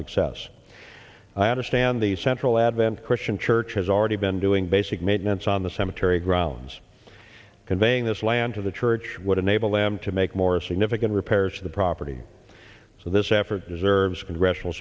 success i understand the central advent christian church has already been doing basic maintenance on the cemetery grounds conveying this land to the church would enable them to make more significant repairs to the property so this effort deserves congressional